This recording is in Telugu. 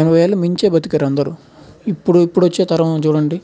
ఎనభై ఏళ్లకు మించే బతికారు అందరు ఇప్పుడు ఇప్పుడు వచ్చే తరం ఉంది చూడండి